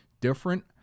different